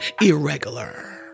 irregular